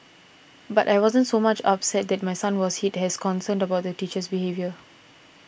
but I wasn't so much upset that my son was hit as concerned about the teacher's behaviour